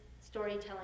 storytelling